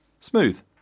Smooth